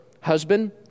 husband